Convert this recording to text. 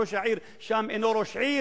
וראש העיר שם אינו ראש עיר,